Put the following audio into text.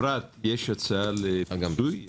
אפרת, יש הצעה לפיצוי?